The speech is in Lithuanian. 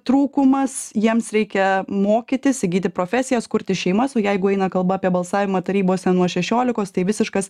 trūkumas jiems reikia mokytis įgyti profesijas kurti šeimas o jeigu eina kalba apie balsavimą tarybose nuo šešiolikos tai visiškas